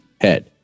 head